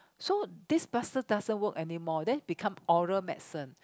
so this plaster doesn't work anymore then become oral medicine